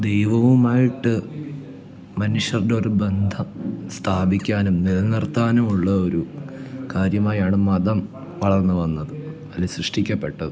ദൈവവുമായിട്ട് മനുഷ്യരുടൊരു ബന്ധം സ്ഥാപിക്കാനും നിലനിർത്താനും ഉള്ള ഒരു കാര്യമായാണ് മതം വളർന്നുവന്നത് അല്ലെങ്കിൽ സൃഷ്ടിക്കപ്പെട്ടത്